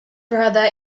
brother